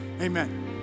Amen